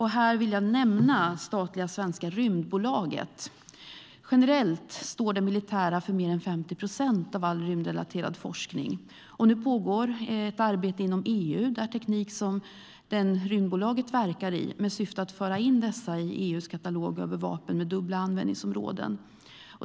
Här vill jag nämna det statliga svenska Rymdbolaget. Generellt står det militära för mer än 50 procent av all rymdrelaterad forskning. Nu pågår ett arbete inom EU med syfte att föra in teknik som den Rymdbolaget verkar med i EU:s katalog över vapen med dubbla användningsområden.